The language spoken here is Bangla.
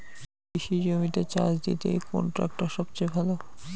কৃষি জমিতে চাষ দিতে কোন ট্রাক্টর সবথেকে ভালো?